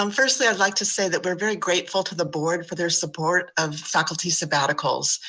um firstly, i'd like to say that we're very grateful to the board for their support of faculty sabbaticals.